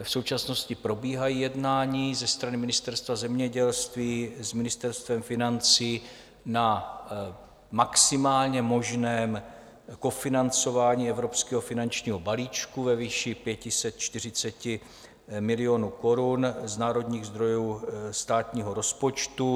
V současnosti probíhají jednání ze strany Ministerstva zemědělství s Ministerstvem financí na maximálně možném kofinancování evropského finančního balíčku ve výši 540 milionů korun z národních zdrojů státního rozpočtu.